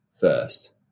first